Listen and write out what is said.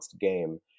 game